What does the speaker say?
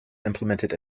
implemented